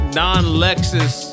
non-Lexus